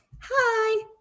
Hi